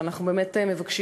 ואנחנו באמת מבקשים,